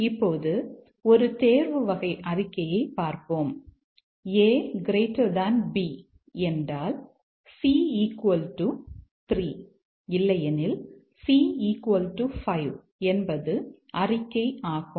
இப்போது ஒரு தேர்வு வகை அறிக்கையைப் பார்ப்போம் a b என்றால் c 3 இல்லையெனில் c 5 என்பது அறிக்கை ஆகும்